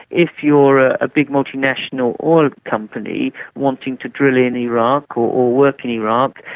if you're a big multinational oil company wanting to drill in iraq or work in iraq,